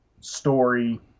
story